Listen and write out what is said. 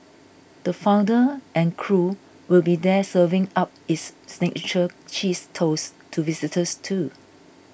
the founder and crew will be there serving up its signature cheese toast to visitors too